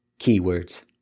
keywords